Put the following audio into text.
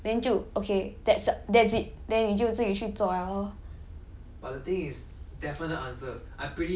you might as well just 问一次 you get the definite answer then 就 okay that's uh that's it then 你就自己去做 liao lor